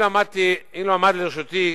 אילו עמד לרשותי